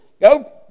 Go